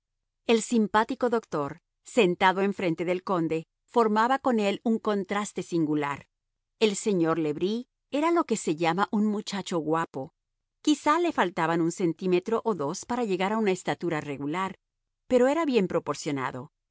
el simpático doctor sentado enfrente del conde formaba con él un contraste singular el señor le bris era lo que se llama un muchacho guapo quizá le faltaban un centímetro o dos para llegar a una estatura regular pero era bien proporcionado